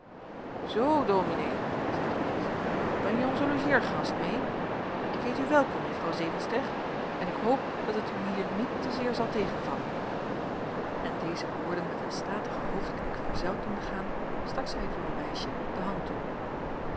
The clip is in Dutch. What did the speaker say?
zoo dominee zeide leentje brengje onze logeergast meê ik heet u welkom juffrouw zevenster en ik hoop dat het u hier niet te zeer zal tegenvallen en deze woorden met een statigen hoofdknik verzeld doende gaan stak zij het jonge meisje de hand toe